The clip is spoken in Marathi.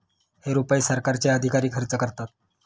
हे रुपये सरकारचे अधिकारी खर्च करतात